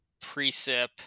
precip